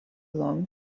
long